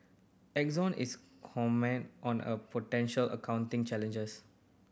Exxon is comment on a potential accounting changes